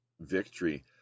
victory